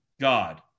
God